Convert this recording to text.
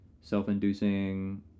self-inducing